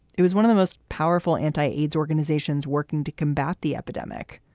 it was one of the most powerful anti-aids organizations working to combat the epidemic.